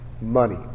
money